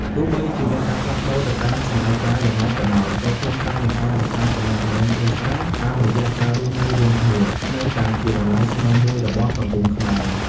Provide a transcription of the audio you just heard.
ទោះបីជាមានការផ្លាស់ប្តូរទៅតាមសម័យកាលយ៉ាងណាក៏ដោយ ក៏ខ្លឹមសារនៃការរក្សាទំនាក់ទំនងគ្រួសារតាមរយៈការរស់នៅរួមគ្នា នៅតែជាតម្លៃស្នូលមួយរបស់សង្គមខ្មែរ។